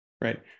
right